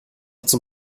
zum